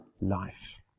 life